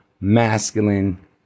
masculine